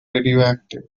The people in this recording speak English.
radioactive